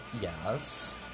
yes